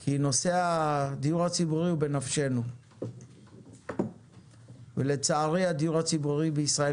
כי נושא הדיור הציבורי הוא בנפשנו ולצערי הדיור הציבורי בישראל